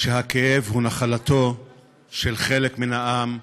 שהכאב הוא נחלתו של חלק מן העם,